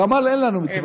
גמל, אין לנו מצווה כזאת.